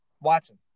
Watson